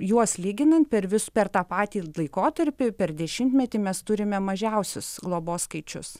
juos lyginant per vis per tą patį laikotarpį per dešimtmetį mes turime mažiausius globos skaičius